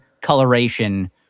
coloration